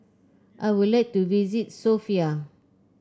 I would like to visit Sofia